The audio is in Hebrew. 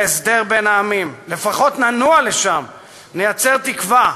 להסדר בין העמים, לפחות ננוע לשם, ניצור תקווה.